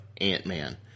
Ant-Man